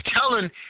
telling